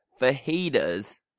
fajitas